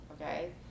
Okay